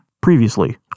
Previously